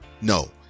No